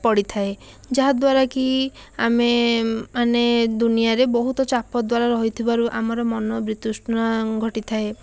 ପଡ଼ିଥାଏ ଯାହାଦ୍ୱାରା କି ଆମେମାନେ ଦୁନିଆରେ ବହୁତ ଚାପ ଦ୍ୱାରା ରହିଥିବାରୁ ଆମର ମନ ବିତୃଷ୍ନା ଘଟିଥାଏ